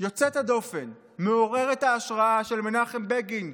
יוצאת הדופן ומעוררת ההשראה של מנחם בגין,